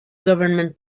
government